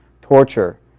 torture